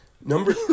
Number